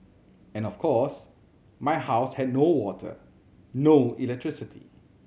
and of course my house had no water no electricity